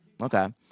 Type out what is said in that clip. Okay